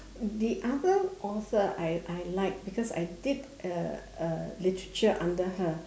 the other author I I like because I did a a literature under her